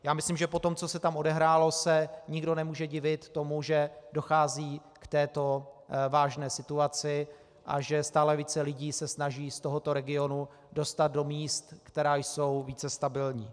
Já myslím, že po tom, co se tam odehrálo, se nikdo nemůže divit tomu, že dochází k této vážné situaci a že stále více lidí se snaží z tohoto regionu dostat do míst, která jsou více stabilní.